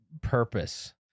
purpose